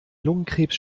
lungenkrebs